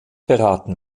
beraten